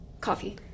Coffee